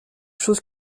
chose